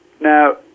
Now